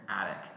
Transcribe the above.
attic